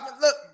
Look